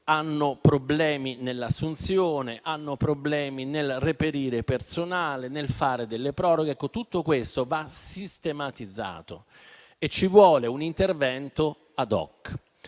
problemi nell'assunzione, nel reperire personale e nel fare delle proroghe. Tutto questo va sistematizzato e ci vuole un intervento *ad hoc*.